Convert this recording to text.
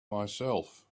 myself